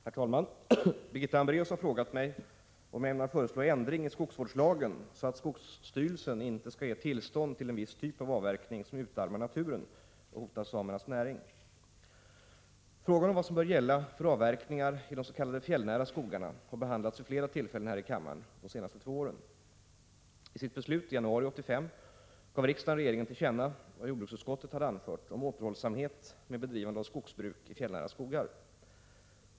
Herr talman! Birgitta Hambraeus har frågat mig om jag ämnar föreslå ändring i skogsvårdslagen så att skogsstyrelsen inte skall ge tillstånd till en viss typ av avverkning som utarmar naturen och hotar samernas näring. Frågan om vad som bör gälla för avverkningar i de s.k. fjällnära skogarna har behandlats vid flera tillfällen här i kammaren under de senaste två åren. I sitt beslut i januari 1985 gav riksdagen regeringen till känna vad jordbruksutskottet hade anfört om återhållsamhet med bedrivande av skogsbruk i fjällnära skogar.